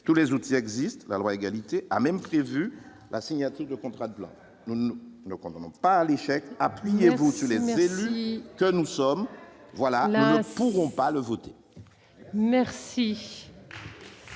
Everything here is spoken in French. tous les outils existent, la loi égalité a même prévu la signature de contrat de plan, donc on n'ont pas l'échec appuyez-vous que nous sommes voilà pourront pas le voter. Merci.